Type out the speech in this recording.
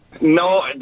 No